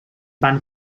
van